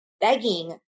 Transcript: begging